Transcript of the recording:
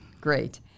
Great